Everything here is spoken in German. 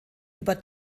über